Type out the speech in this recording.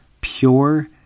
pure